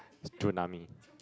tsunami